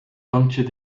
puncture